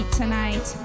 tonight